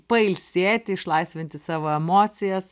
pailsėti išlaisvinti savo emocijas